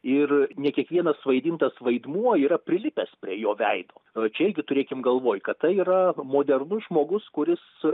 ir ne kiekvienas suvaidintas vaidmuo yra prilipęs prie jo veido čia irgi turėkim galvoj kad tai yra modernus žmogus kuris